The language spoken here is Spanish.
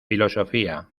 filosofía